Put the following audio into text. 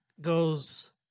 goes